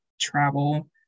travel